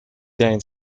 gain